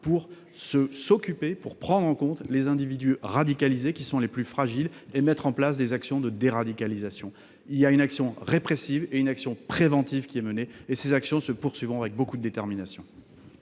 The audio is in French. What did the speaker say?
de terrain pour prendre en compte les individus radicalisés les plus fragiles et mettre en place des actions de déradicalisation. Il y a une action répressive et une action préventive qui sont menées. Ces actions se poursuivront avec beaucoup de détermination.